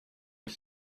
this